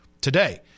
today